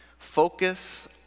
Focus